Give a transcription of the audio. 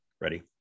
Ready